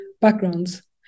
backgrounds